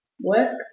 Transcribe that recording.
work